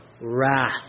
wrath